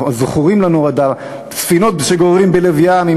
זכורות לנו עוד הספינות שגוררים בלב ים.